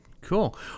cool